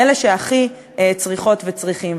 מאלה שהכי צריכות וצריכים.